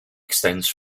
extends